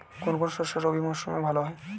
কোন কোন শস্য রবি মরশুমে ভালো হয়?